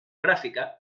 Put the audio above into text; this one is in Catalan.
gràfica